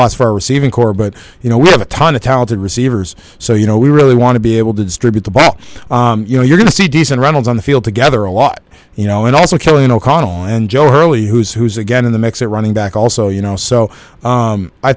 loss for receiving corps but you know we have a ton of talented receivers so you know we really want to be able to distribute the ball you know you're going to see decent runnels on the field together a lot you know and also showing o'connell and joe hurley who's who's again in the mix at running back also you know so